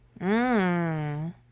Mmm